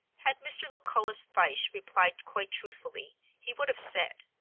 had mr. lucullus fyshe replied quite truthfully, he would have said,